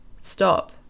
stop